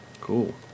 Cool